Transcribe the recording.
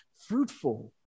fruitful